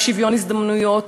לשוויון הזדמנויות,